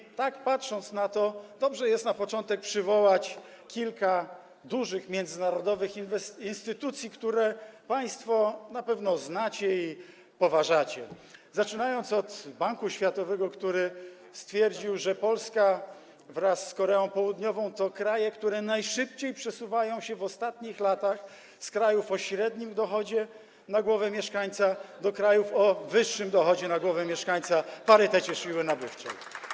I tak patrząc na to, dobrze jest na początek przywołać kilka dużych międzynarodowych instytucji, które państwo na pewno znacie i poważacie, zaczynając od Banku Światowego, który stwierdził, że Polska wraz z Koreą Południową to kraje, które najszybciej przesuwają się w ostatnich latach z krajów o średnim dochodzie na głowę mieszkańca do krajów o wyższym dochodzie na głowę mieszkańca, parytecie siły nabywczej.